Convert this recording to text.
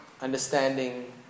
understanding